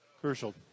crucial